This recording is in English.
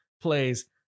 plays